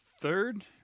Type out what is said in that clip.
third